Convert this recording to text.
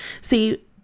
See